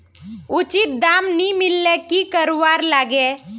उचित दाम नि मिलले की करवार लगे?